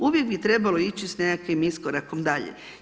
Uvijek bi trebalo ići sa nekakvim iskorakom dalje.